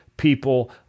People